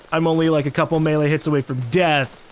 i'm only like a couple melee hits away from death.